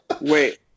Wait